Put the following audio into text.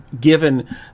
given